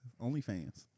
OnlyFans